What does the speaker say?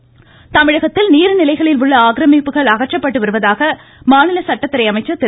சண்முகம் தமிழகத்தில் நீர்நிலைகளில் உள்ள ஆக்கிரமிப்புகள் அகற்றப்பட்டு வருவதாக மாநில சட்டத்துறை அமைச்சர் திரு